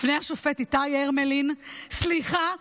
בפני השופט איתי הרמלין: סליחה,